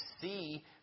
see